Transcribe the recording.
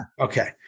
Okay